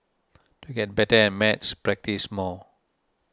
to get better at maths practise more